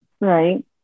right